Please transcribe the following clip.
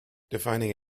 defining